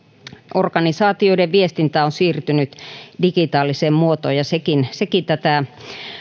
organisaatioiden viestintä on siirtynyt digitaaliseen muotoon ja sekin sekin tätä